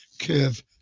curve